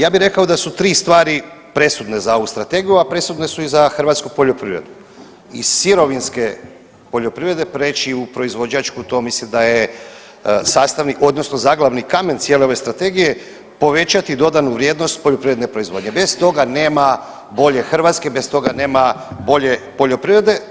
Ja bih rekao da su tri stvari presudne za ovu strategiju, a presudne su i za hrvatsku poljoprivredu, iz sirovinske poljoprivrede prijeći u proizvođačku to mislim da je sastavni odnosno zaglavni kamen cijele ove strategije, povećati dodatnu vrijednost poljoprivredne proizvodnje, bez toga nema bolje Hrvatske, bez toga nema bolje poljoprivrede.